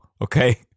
okay